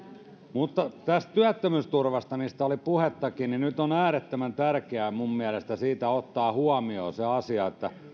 mutta tästä työttömyysturvasta mistä oli puhettakin on nyt äärettömän tärkeää minun mielestäni ottaa huomioon se asia että